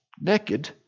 naked